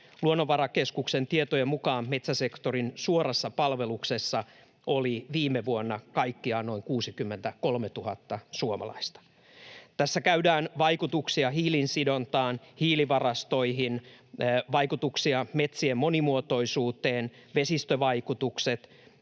Luonnonvarakeskuksen tietojen mukaan metsäsektorin suorassa palveluksessa oli viime vuonna kaikkiaan noin 63 000 suomalaista. Tässä käydään läpi vaikutuksia hiilensidontaan, hiilivarastoihin, vaikutuksia metsien monimuotoisuuteen, vesistövaikutuksia